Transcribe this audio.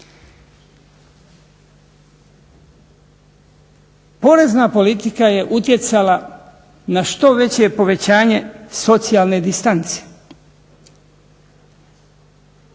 Porezna politika je utjecala na što veće povećanje socijalne distance.